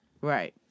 Right